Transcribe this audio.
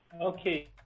Okay